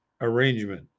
arrangement